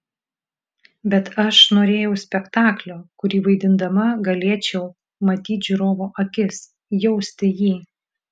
bet aš norėjau spektaklio kurį vaidindama galėčiau matyt žiūrovo akis jausti jį